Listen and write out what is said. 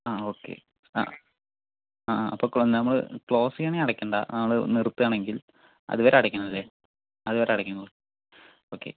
ആ ഓക്കെ ആ ആ അപ്പം നമ്മള് ക്ലോസ് ചെയ്യണേ അടക്കണ്ട നമ്മള് നിർത്തുവാണെങ്കിൽ അതുവരെ അടക്കണം ആല്ലേ അതുവരെ അടക്കണം ഓക്കെ